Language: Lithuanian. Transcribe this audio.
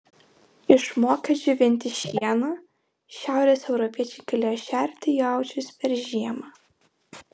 išmokę džiovinti šieną šiaurės europiečiai galėjo šerti jaučius per žiemą